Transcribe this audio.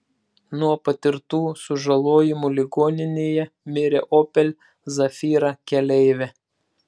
nuo patirtų sužalojimų ligoninėje mirė opel zafira keleivė